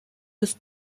des